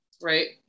right